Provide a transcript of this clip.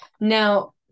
Now